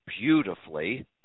beautifully